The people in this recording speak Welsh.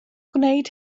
gwneud